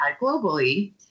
globally